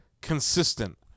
consistent